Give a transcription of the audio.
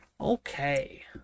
Okay